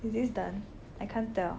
is this done I can't tell